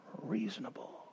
reasonable